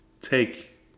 take